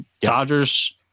Dodgers